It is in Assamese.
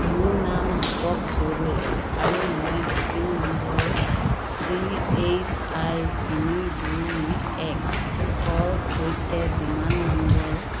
মোৰ নাম দীপক চৌধুৰী আৰু মই booking number G H I তিনি দুই একৰ সৈতে বিমান নম্বৰ